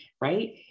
right